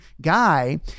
guy